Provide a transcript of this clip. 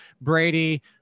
Brady